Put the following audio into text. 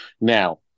now